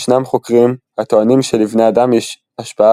ישנם חוקרים הטוענים שלבני אדם יש השפעה